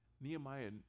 Nehemiah